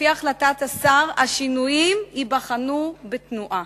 לפי החלטת השר השינויים ייבחנו בתנועה.